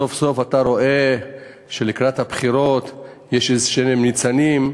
סוף-סוף אתה רואה שלקראת הבחירות יש ניצנים כלשהם.